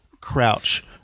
crouch